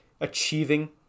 achieving